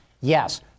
Yes